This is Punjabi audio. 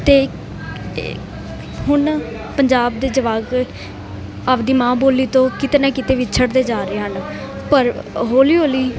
ਅਤੇ ਹੁਣ ਪੰਜਾਬ ਦੇ ਜਵਾਕ ਆਪਣੀ ਮਾਂ ਬੋਲੀ ਤੋਂ ਕਿਤੇ ਨਾ ਕਿਤੇ ਵਿਛੜਦੇ ਜਾ ਰਹੇ ਹਨ ਪਰ ਹੌਲੀ ਹੌਲੀ